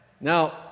Now